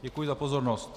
Děkuji za pozornost.